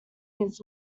his